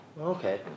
Okay